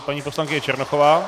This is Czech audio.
Paní poslankyně Černochová.